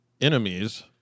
enemies